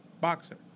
boxer